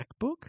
MacBook